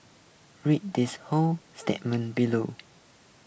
read this whole statement below